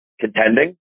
Contending